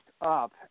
up